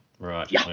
Right